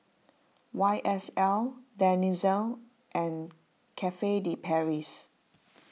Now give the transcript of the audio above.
Y S L Denizen and Cafe De Paris